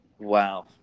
wow